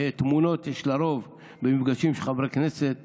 ותמונות יש לרוב ממפגשים של חברי כנסת